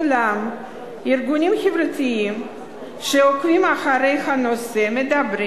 אולם ארגונים חברתיים שעוקבים אחר הנושא מדברים